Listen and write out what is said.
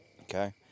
okay